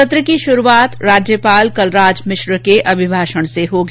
सत्र की शुरूआत राज्यपाल कलराज मिश्र के अभिभाषण से होगी